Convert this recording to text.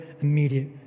immediate